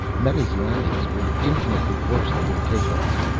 meta's landings were infinitely worse than her take-offs.